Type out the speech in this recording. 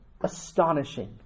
astonishing